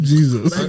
Jesus